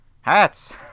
hats